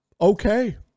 Okay